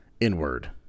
inward